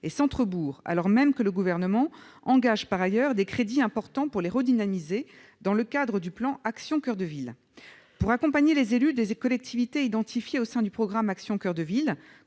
et centres-bourgs, alors même que le Gouvernement engage par ailleurs des crédits importants pour les redynamiser, dans le cadre du plan « Action coeur de ville ». Pour accompagner les élus des collectivités identifiées au sein du programme « Action coeur de ville